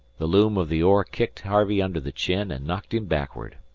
the loom of the oar kicked harvey under the chin and knocked him backwards.